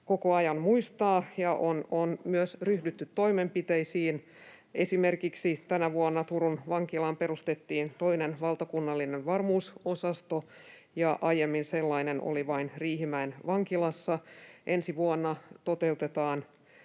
koko ajan muistaa, ja on myös ryhdytty toimenpiteisiin. Esimerkiksi tänä vuonna Turun vankilaan perustettiin toinen valtakunnallinen varmuusosasto. Aiemmin sellainen oli vain Riihimäen vankilassa. Ensi vuonna toteutetaan